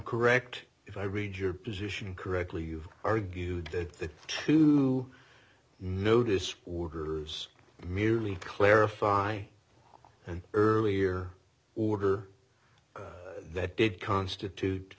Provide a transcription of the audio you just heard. correct if i read your position correctly you argued that the two notice workers merely clarify an earlier order that did constitute